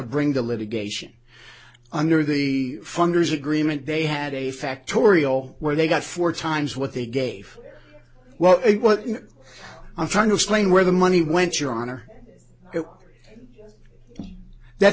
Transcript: bring the litigation under the funders agreement they had a factorial where they got four times what they gave well what i'm trying to explain where the money went your honor that's